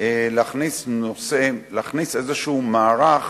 להכניס איזה מערך